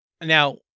Now